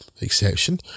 exception